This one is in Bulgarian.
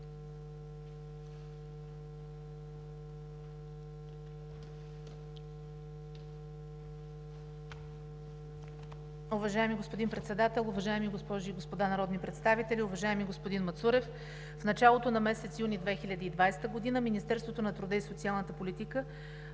Уважаеми господин Председател, уважаеми госпожи и господа народни представители! Уважаеми господин Мацурев, в началото на месец юни 2020 г. Министерството на труда и социалната политика